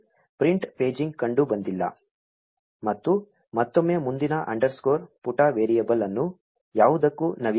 ಮತ್ತು print paging ಕಂಡುಬಂದಿಲ್ಲ ಮತ್ತು ಮತ್ತೊಮ್ಮೆ ಮುಂದಿನ ಅಂಡರ್ಸ್ಕೋರ್ ಪುಟ ವೇರಿಯೇಬಲ್ ಅನ್ನು ಯಾವುದಕ್ಕೂ ನವೀಕರಿಸಿ